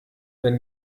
wenn